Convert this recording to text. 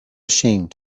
ashamed